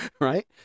Right